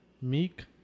Meek